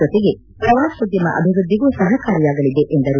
ಜೊತೆಗೆ ಪ್ರವಾಸೋದ್ಯಮ ಅಭಿವೃದ್ಧಿಗೂ ಸಹಕಾರಿಯಾಗಲಿದೆ ಎಂದರು